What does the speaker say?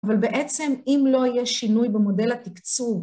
אבל בעצם אם לא יהיה שינוי במודל התקצוב